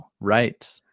Right